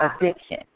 addiction